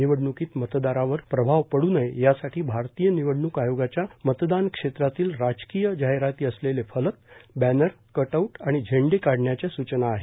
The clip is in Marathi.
निवडणूकीत मतदारावर प्रभाव पडू नये यासाठी भारत निवडणूक आयोगाच्या मतदान क्षेत्रातील राजकिय जाहिराती असलेले फलक बॅनर कटआऊट आणि झेंडे काढण्याच्या सूचना आहे